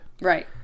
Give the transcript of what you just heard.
Right